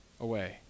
away